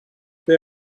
they